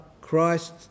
Christ